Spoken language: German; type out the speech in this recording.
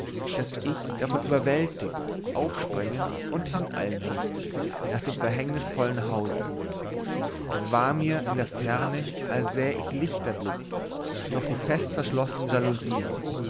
daß ich davon überwältigt aufspringen und hineilen mußte nach dem verhängnisvollen hause es war mir in der ferne als säh ich lichter blitzen durch die festverschlossenen jalousien